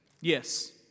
Yes